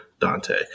Dante